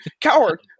Coward